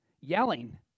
yelling